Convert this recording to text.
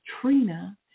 Trina